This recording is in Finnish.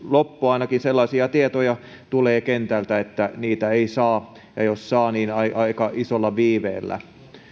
loppu ainakin sellaisia tietoja tulee kentältä että niitä ei saa ja jos saa niin aika aika isolla viiveellä